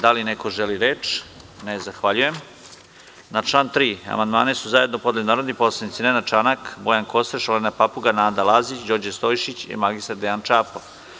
Da li neko želi reč? (Ne.) Na član 3. amandman su zajedno podneli narodni poslanici Nenad Čanak, Bojan Kostreš, Olena Papuga, Nada Lazić, Đorđe Stojšić i mr Dejan Čapo.